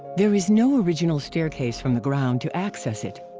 there is no original staircase from the ground to access it.